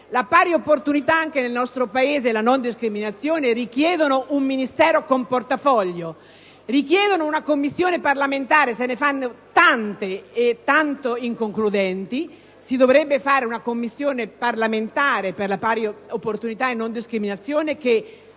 La pari opportunità e la non discriminazione anche nel nostro Paese richiedono un Ministero con portafoglio; richiedono una Commissione parlamentare. Se ne fanno tante e tanto inconcludenti, si dovrebbe fare una Commissione parlamentare per la pari opportunità e la non discriminazione che